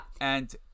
And-